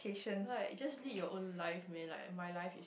right just live your own life me life my life